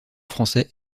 français